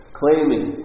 claiming